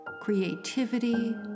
creativity